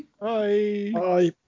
Bye